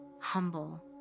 humble